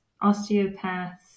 osteopaths